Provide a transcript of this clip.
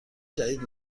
جدید